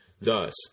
Thus